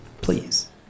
please